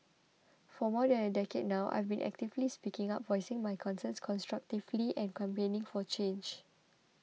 for more than a decade now I've been actively speaking up voicing my concerns constructively and campaigning for change